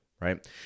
right